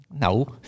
no